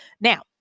Now